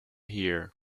here